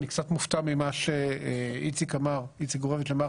אני קצת מופתע ממה שאיציק גורביץ' אמר